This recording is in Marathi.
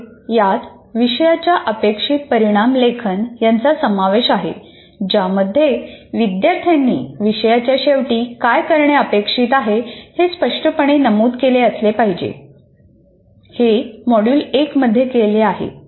यात विषयच्या अपेक्षित परिणाम लेखन यांचा समावेश आहे ज्यामध्ये विद्यार्थ्यांनी विषयच्या शेवटी काय करणे अपेक्षित आहे हे स्पष्टपणे नमूद केले असले पाहिजे